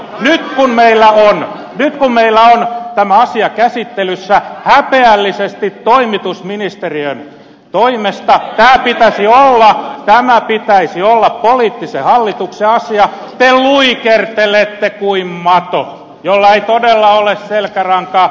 nyt kun meillä on tämä asia käsittelyssä häpeällisesti toimitusministeriön toimesta tämän pitäisi olla poliittisen hallituksen asia te luikertelette kuin mato jolla ei todella ole selkärankaa